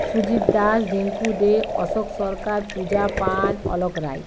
Sujit Das Rinku De Ashok Sarkar Puja Pan Alok Roy